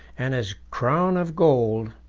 and his crown of gold,